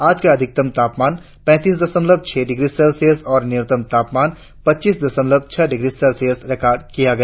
आज का अधिकतम तापमान पैंतीस दशमलव छह डिग्री सेल्सियस और न्यूनतम तापमान पच्चीस दशमलव छह डिग्री सेल्सियस रिकार्ड किया गया